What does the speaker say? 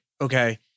okay